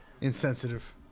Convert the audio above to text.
Insensitive